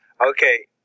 Okay